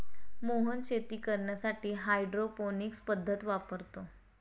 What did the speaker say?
मोहन शेती करण्यासाठी हायड्रोपोनिक्स पद्धत वापरतो